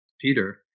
Peter